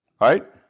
right